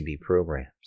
programs